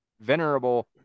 venerable